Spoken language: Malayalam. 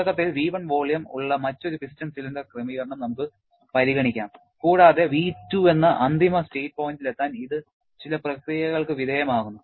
തുടക്കത്തിൽ V1 വോളിയം ഉള്ള മറ്റൊരു പിസ്റ്റൺ സിലിണ്ടർ ക്രമീകരണം നമുക്ക് പരിഗണിക്കാം കൂടാതെ V2 എന്ന അന്തിമ സ്റ്റേറ്റ് പോയിന്റിൽ എത്താൻ ഇത് ചില പ്രക്രിയകൾക്ക് വിധേയമാകുന്നു